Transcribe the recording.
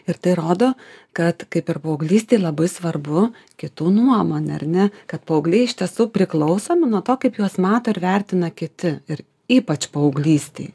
ir tai rodo kad kaip ir paauglystėj labai svarbu kitų nuomonė ar ne kad paaugliai iš tiesų priklausomi nuo to kaip juos mato ir vertina kiti ir ypač paauglystėj